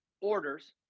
orders